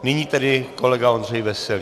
Nyní tedy kolega Ondřej Veselý.